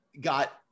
got